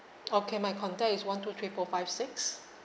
okay my contact is one two three four five six